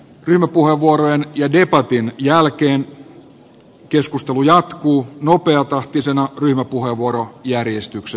ryhmäpuheenvuorojen ja debatin jälkeen keskustelu jatkuu nopeatahtisena ryhmäpuheenvuorojärjestyksessä